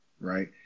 right